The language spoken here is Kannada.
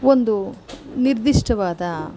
ಒಂದು ನಿರ್ದಿಷ್ಟವಾದ